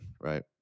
right